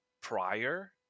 prior